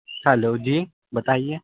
hello جی بتائیے